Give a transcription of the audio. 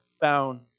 found